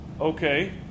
Okay